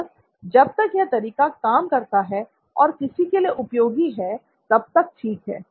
पर जब तक यह तरीका काम करता है और यह किसी के लिए उपयोगी है तब तक ठीक है